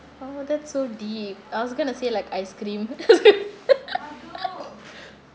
oh that's so deep I was going to say like ice cream